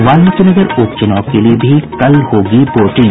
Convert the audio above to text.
वाल्मीकिनगर उप चूनाव के लिए भी कल होगी वोटिंग